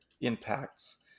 impacts